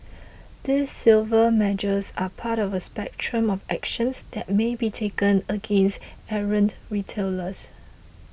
these civil measures are part of a spectrum of actions that may be taken against errant retailers